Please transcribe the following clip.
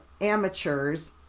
amateurs